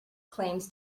claims